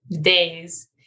days